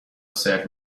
سرو